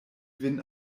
vin